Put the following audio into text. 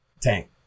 tank